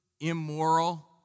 immoral